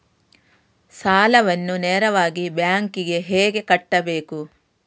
ಸಾಲವನ್ನು ನೇರವಾಗಿ ಬ್ಯಾಂಕ್ ಗೆ ಹೇಗೆ ಕಟ್ಟಬೇಕು?